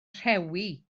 rhewi